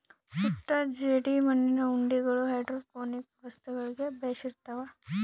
ಸುಟ್ಟ ಜೇಡಿಮಣ್ಣಿನ ಉಂಡಿಗಳು ಹೈಡ್ರೋಪೋನಿಕ್ ವ್ಯವಸ್ಥೆಗುಳ್ಗೆ ಬೆಶಿರ್ತವ